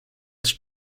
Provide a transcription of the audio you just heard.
als